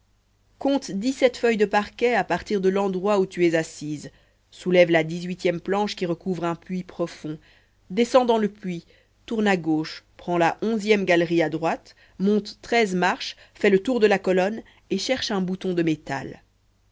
compte dix-sept feuilles de parquet à partir de l'endroit où tu es assise soulève la dix-huitième planche qui recouvre un puits profond descends dans le puits tourne à gauche prends la onzième galerie à droite monte treize marches fais le tour de la colonne et cherche un bouton de métal